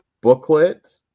booklet